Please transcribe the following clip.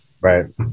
right